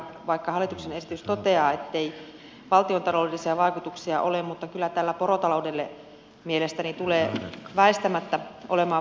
vaikka hallituksen esitys toteaa ettei valtiontaloudellisia vaikutuksia ole niin kyllä tällä porotaloudelle mielestäni tulee väistämättä olemaan vaikutuksia